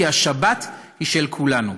כי השבת היא של כולנו.